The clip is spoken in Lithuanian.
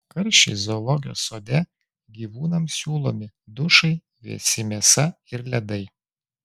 karščiai zoologijos sode gyvūnams siūlomi dušai vėsi mėsa ir ledai